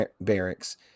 barracks